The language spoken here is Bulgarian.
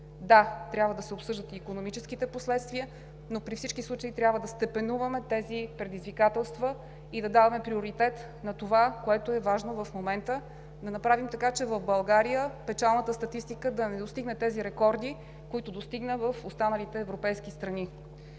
Да, трябва да се обсъждат и икономическите последствия, но при всички случаи трябва да степенуваме предизвикателствата и да даваме приоритет на това, което е важно в момента, да направим така, че в България печалната статистика да не достигне тези рекорди, които достигна в останалите европейски страни.